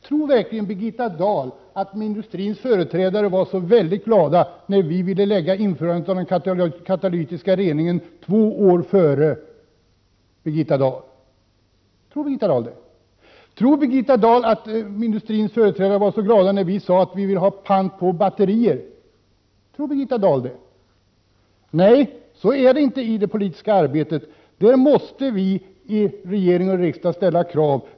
Tror verkligen Birgitta Dahl att industrins företrädare var så glada när vi ville införa den katalytiska reningen två år tidigare än Birgitta Dahl föreslog? Och tror Birgitta Dahl att industrins företrädare var så glada när vi sade att vi ville ha pant på batterier? Nej, i det politiska arbetet måste regering och riksdag ställa krav.